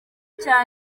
cya